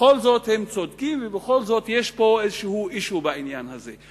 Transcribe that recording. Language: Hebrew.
בכל זאת הם צודקים ובכל זאת יש פה איזשהו issue בעניין הזה.